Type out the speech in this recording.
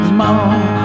more